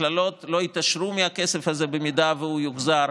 המכללות לא יתעשרו מהכסף הזה אם הוא יוחזר,